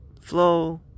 flow